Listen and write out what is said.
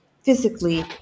physically